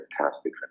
fantastic